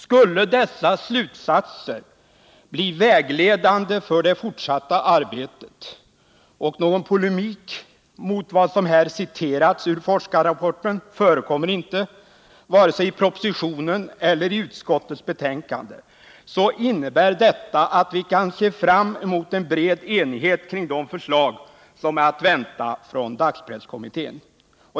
Skulle dessa slutsatser bli vägledande för det fortsatta arbetet — och någon polemik mot vad som här återgivits ur forskarrapporten förekommer inte vare sigi propositionen eller i utskottets betänkande — innebär detta att vi kan se fram emot en bred enighet kring de förslag som är att vänta från dagspresskommittén.